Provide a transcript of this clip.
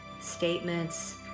statements